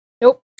nope